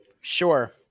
Sure